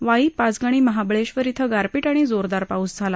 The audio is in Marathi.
वाई पाचगणी महाबळेधर थं गारपीट आणि जोरदार पाऊस झाला